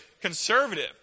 conservative